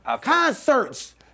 Concerts